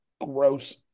Gross